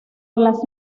las